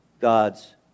God's